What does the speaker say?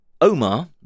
Omar